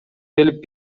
келип